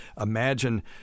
Imagine